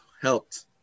helped